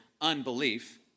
unbelief